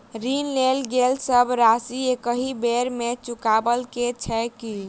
ऋण लेल गेल सब राशि एकहि बेर मे चुकाबऽ केँ छै की?